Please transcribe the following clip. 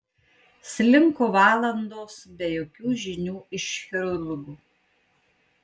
slinko valandos be jokių žinių iš chirurgų